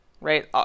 right